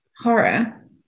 horror